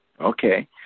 Okay